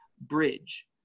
bridge